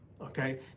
okay